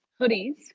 hoodies